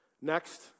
Next